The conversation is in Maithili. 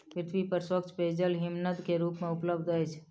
पृथ्वी पर स्वच्छ पेयजल हिमनद के रूप में उपलब्ध अछि